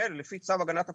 ולפי צו הגנת הפרטיות,